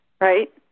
Right